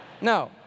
No